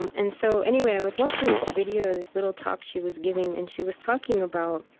and and so anyway, i was watching this video, this little talk she was giving, and she was talking about